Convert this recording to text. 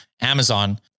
Amazon